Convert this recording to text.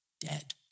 dead